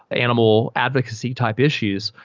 animal advocacy type issues,